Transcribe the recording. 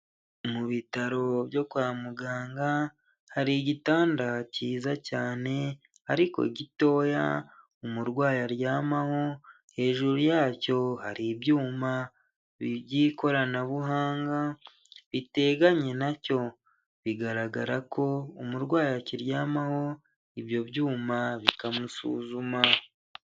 Mu bitaro byo kwa muganga hari igitanda kiziza cyane ariko gitoya, umurwayi aryamaho hejuru yacyo hari ibyuma by'ikoranabuha biteganye na cyo, bigaragara ko umurwayi akiryamaho ibyo byuma bikamusuzuma.